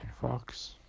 Fox